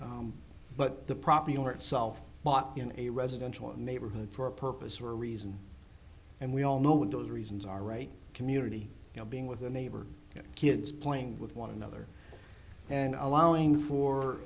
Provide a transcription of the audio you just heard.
investor but the property owner itself bought in a residential neighborhood for a purpose or a reason and we all know what those reasons are right community you know being with the neighborhood kids playing with one another and allowing for